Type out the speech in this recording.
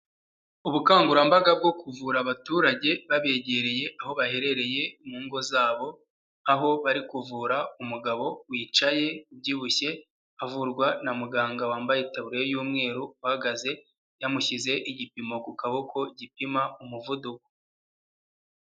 Ubukangurambaga bwo kuvura abaturage babegereye aho baherereye mu ngo zabo, aho bari kuvura umugabo wicaye ubyibushye, avurwa na muganga wambaye itaburiya y'umweru uhagaze yamushyize igipimo ku kaboko gipima umuvuduko.